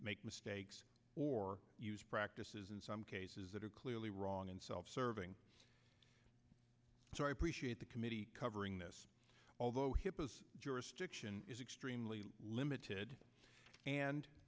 make mistakes or use practices in some cases that are clearly wrong and self serving so i appreciate the committee covering this although his jurisdiction is extremely limited and